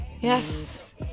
Yes